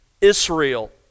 Israel